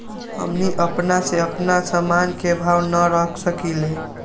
हमनी अपना से अपना सामन के भाव न रख सकींले?